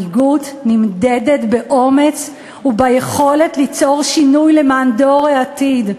מנהיגות נמדדת באומץ וביכולת ליצור שינוי למען דור העתיד.